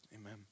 Amen